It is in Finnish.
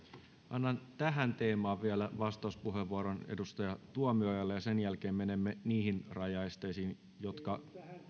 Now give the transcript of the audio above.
annan tähän teemaan vielä vastauspuheenvuoron edustaja tuomiojalle ja sen jälkeen menemme niihin rajaesteisiin jotka